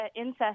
Incest